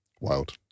wild